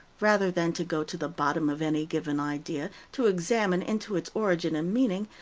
rather than to go to the bottom of any given idea, to examine into its origin and meaning,